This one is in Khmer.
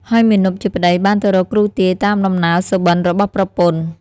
ហើយមាណពជាប្ដីបានទៅរកគ្រូទាយតាមដំណើរសប្ដិរបស់ប្រពន្ធ។